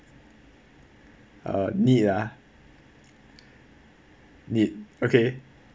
uh neat ah neat okay